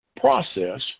process